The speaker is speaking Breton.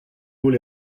holl